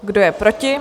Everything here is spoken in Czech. Kdo je proti?